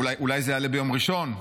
אולי זה יעלה ביום ראשון,